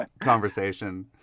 conversation